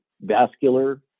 vascular